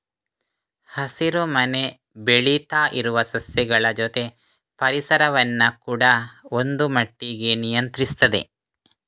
ಹಸಿರು ಮನೆ ಬೆಳೀತಾ ಇರುವ ಸಸ್ಯಗಳ ಜೊತೆ ಪರಿಸರವನ್ನ ಕೂಡಾ ಒಂದು ಮಟ್ಟಿಗೆ ನಿಯಂತ್ರಿಸ್ತದೆ